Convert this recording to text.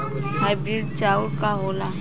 Hybrid चाउर का होला?